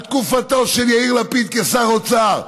על תקופתו של יאיר לפיד כשר אוצר,